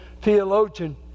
theologian